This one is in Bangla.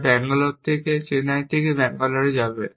যা চেন্নাই থেকে ব্যাঙ্গালোর যাবে